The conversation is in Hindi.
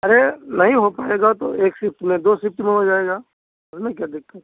अरे नहीं हो पाएगा तो एक शिफ्ट में दो शिफ्ट में हो जाएगा उसमें क्या दिक़्क़त